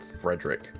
Frederick